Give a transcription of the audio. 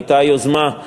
הייתה יוזמה,